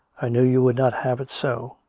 i knew you would not have it so,